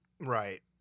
Right